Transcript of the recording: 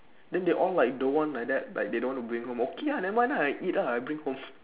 then they all like don't want like that like they don't want bring home okay ah never mind ah I eat ah I bring home